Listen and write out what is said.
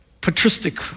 patristic